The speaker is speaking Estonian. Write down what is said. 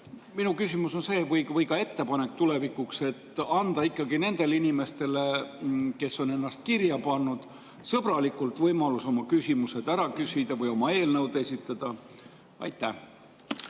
Minu küsimus või ka ettepanek tulevikuks on see, et anda ikkagi nendele inimestele, kes on ennast kirja pannud, sõbralikult võimalus oma küsimused ära küsida või oma eelnõud esitada. Siim